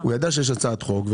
הוא ידע שיש הצעת חוק,